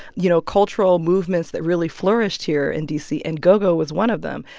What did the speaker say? you know, cultural movements that really flourished here in d c, and go-go was one of them.